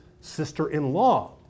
sister-in-law